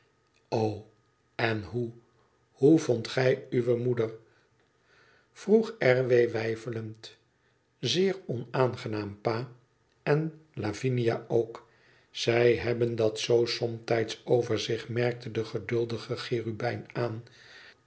en hoe hoe vondt gij uwe moeder vroeg r w weifelend zeer onaangenaam pa en lavinia ook zij hebben dat zoo somtijds over zich merkte de geduldige cherubijn aan